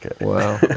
Wow